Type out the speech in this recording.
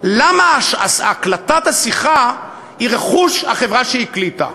למה הקלטת השיחה היא רכוש החברה שהקליטה?